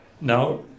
Now